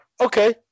okay